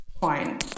fine